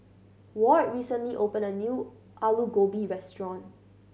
Ward recently opened a new Alu Gobi Restaurant